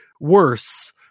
worse